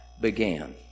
began